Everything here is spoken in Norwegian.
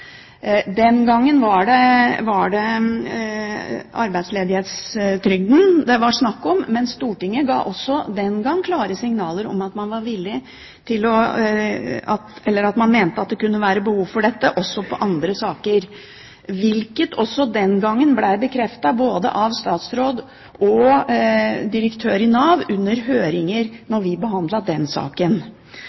Den gangen var det arbeidsledighetstrygden det var snakk om, men Stortinget ga også den gang klare signaler om at det kunne være behov for dette også i andre saker, hvilket ble bekreftet både av statsråd og av direktør i Nav under høringer da vi behandlet den saken.